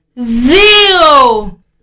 Zero